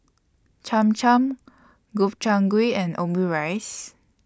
Cham Cham Gobchang Gui and Omurice